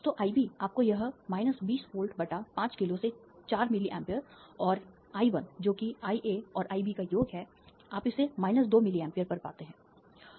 तो IB आपको यह 20 वोल्ट 5 किलो से चार मिलीए और I 1 जो कि IA और IB का योग है आप इसे 2 मिलीए पर पाते हैं